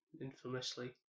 infamously